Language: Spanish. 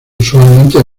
usualmente